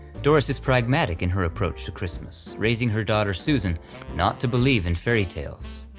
doris is pragmatic in her approach to christmas, raising her daughter susan not to believe in fairy tales.